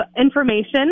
information